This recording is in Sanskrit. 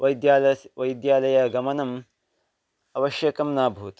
वैद्यालयस् वैद्यालयगमनम् आवश्यकं नाभूत्